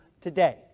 today